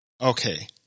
Okay